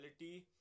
reality